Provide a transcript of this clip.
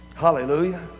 Hallelujah